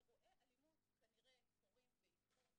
אירועי אלימות כנראה קורים ויקרו,